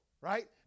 Right